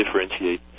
differentiate